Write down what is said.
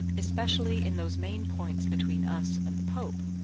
especially in those main points between us and the pope,